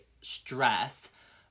stress